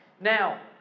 Now